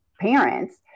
parents